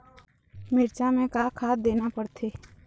मिरचा मे का खाद देना पड़थे?